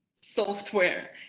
software